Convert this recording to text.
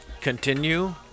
Continue